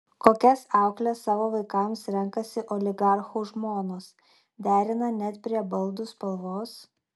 kokias aukles savo vaikams renkasi oligarchų žmonos derina net prie baldų spalvos